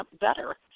better